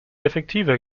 effektiver